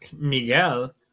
Miguel